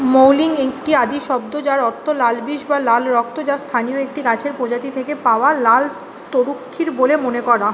মৌলিং একটি আদি শব্দ যার অর্থ লাল বিষ বা লাল রক্ত যা স্থানীয় একটি গাছের প্রজাতি থেকে পাওয়া লাল তরুক্ষীর বলে মনে করা